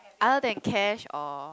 other than cash or